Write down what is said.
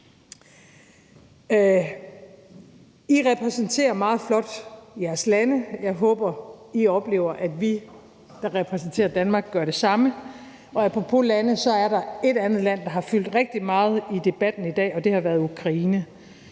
I repræsenterer meget flot jeres lande, og jeg håber, at I oplever, at vi, der repræsenterer Danmark, gør det samme. Apropos lande er der et andet land, der har fyldt rigtig meget i debatten i dag, og det har været Ukraine.